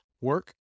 work